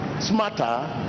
smarter